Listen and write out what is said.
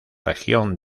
región